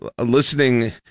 listening